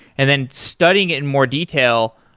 and then studying in more detail,